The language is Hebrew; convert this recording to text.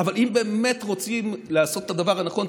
אבל אם באמת רוצים לעשות את הדבר הנכון,